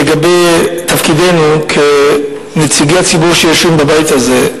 על תפקידנו כנציגי ציבור שיושבים בבית הזה: